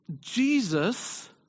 Jesus